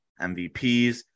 MVPs